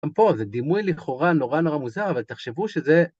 גם פה איזה דימוי לכאורה נורא נורא מוזר, אבל תחשבו שזה...